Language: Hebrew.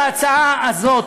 בהצעה הזו,